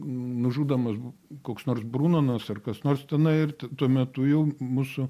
nužudomas koks nors brunonas ar kas nors tenai ir tuo metu jau mūsų